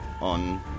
on